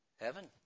heaven